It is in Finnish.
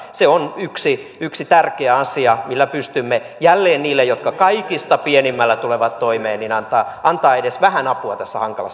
se on yksi tärkeä asia millä pystymme jälleen niille jotka kaikista pienimmällä tulevat toimeen antamaan edes vähän apua tässä hankalassa tilanteessa